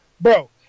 Bro